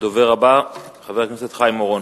הדובר הבא, חבר הכנסת חיים אורון.